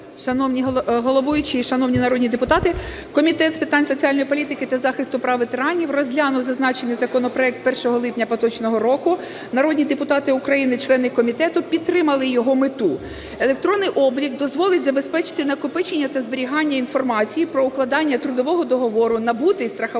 Шановний головуючий, шановні народні депутати! Комітет з питань соціальної політики та захисту прав ветеранів розглянув зазначений законопроект 1 липня поточного року, народні депутати України члени комітету підтримали його мету. Електронний облік дозволить забезпечити накопичення та зберігання інформації про укладання трудового договору, набутий страховий